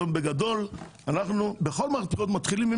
בגדול אנחנו בכל מערכת בחירות מתחילים עם